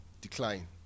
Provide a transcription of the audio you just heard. decline